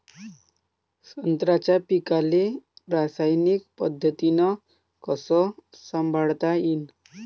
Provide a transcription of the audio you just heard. संत्र्याच्या पीकाले रासायनिक पद्धतीनं कस संभाळता येईन?